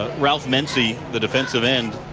raffle mincy, the defensive end,